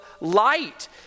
light